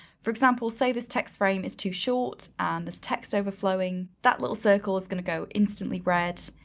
for example, say this text frame is too short and there's text overflowing, that little circle is gonna go instantly red,